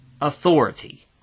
authority